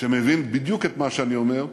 שמבין בדיוק את מה שאני אומר.